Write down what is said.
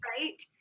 Right